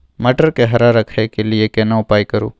मटर के हरा रखय के लिए केना उपाय करू?